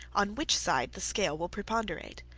on which side the scale will preponderate.